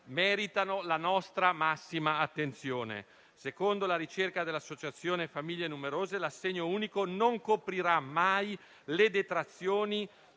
meritano la nostra massima attenzione: secondo la ricerca dell'Associazione nazionale famiglie numerose, l'assegno unico non coprirà mai le detrazioni